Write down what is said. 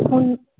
ਹੁਣ